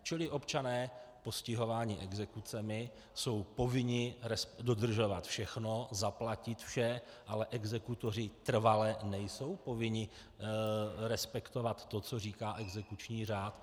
Čili občané postihovaní exekucemi jsou povinni dodržovat všechno, zaplatit vše, ale exekutoři trvale nejsou povinni respektovat to, co říká exekuční řád.